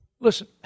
listen